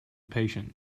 patient